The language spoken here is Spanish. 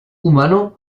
humano